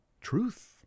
truth